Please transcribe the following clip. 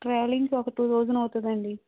ట్రావెలింగ్కి ఒక two thousand అవుతుందండి